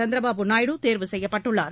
சந்திரபாபு நாயுடு தேர்வு செய்யப்பட்டுள்ளார்